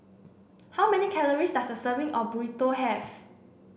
how many calories does a serving of Burrito have